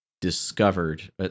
discovered